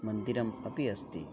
मन्दिरम् अपि अस्ति